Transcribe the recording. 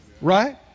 right